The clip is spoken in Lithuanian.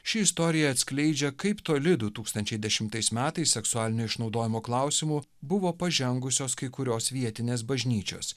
ši istorija atskleidžia kaip toli du tūkstančiai dešimtais metais seksualinio išnaudojimo klausimu buvo pažengusios kai kurios vietinės bažnyčios